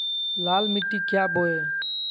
लाल मिट्टी क्या बोए?